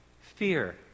fear